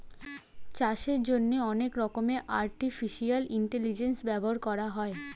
চাষের জন্যে অনেক রকমের আর্টিফিশিয়াল ইন্টেলিজেন্স ব্যবহার করা হয়